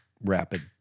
rapid